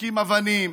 זורקים אבנים,